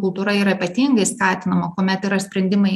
kultūra yra ypatingai skatinama kuomet yra sprendimai